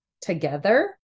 together